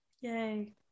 Yay